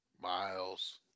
Miles